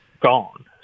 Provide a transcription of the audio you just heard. gone